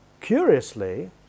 curiously